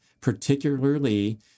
particularly